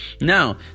now